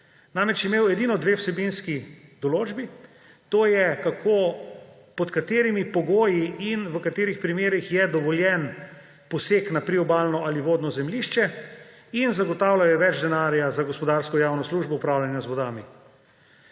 voda. Imel je 2 vsebinski določbi, to je – kako, pod katerimi pogoji in v katerih primerih je dovoljen poseg na priobalno ali vodno zemljišče; in zagotavljajo več denarja za gospodarsko javno službo upravljanja z vodami.